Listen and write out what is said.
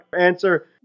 answer